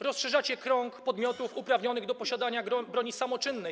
Rozszerzacie krąg podmiotów uprawnionych do posiadania broni samoczynnej.